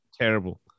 Terrible